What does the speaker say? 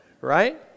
right